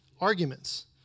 Arguments